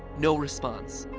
no response.